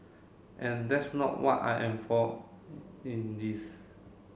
and that's not what I am for in this